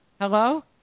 Hello